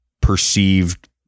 perceived